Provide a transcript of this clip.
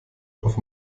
auf